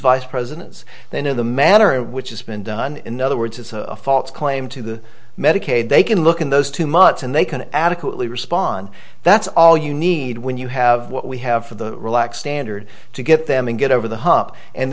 vice presidents they know the manner in which it's been done in other words it's a false claim to the medicaid they can look in those two months and they can adequately respond that's all you need when you have what we have for the relax standard to get them in get over the hump and